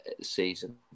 season